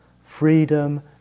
freedom